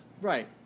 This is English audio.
Right